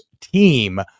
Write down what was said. team